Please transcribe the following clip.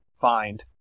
find